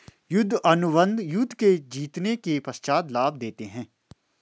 युद्ध अनुबंध युद्ध के जीतने के पश्चात लाभ देते हैं